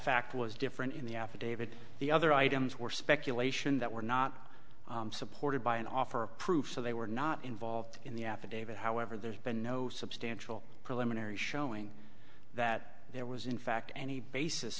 fact was different in the affidavit the other items were speculation that were not supported by an offer of proof so they were not involved in the affidavit however there's been no substantial preliminary showing that there was in fact any basis